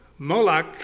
Moloch